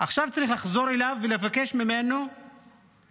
עכשיו צריך לחזור אליו ולבקש ממנו את